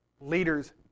leaders